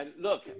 Look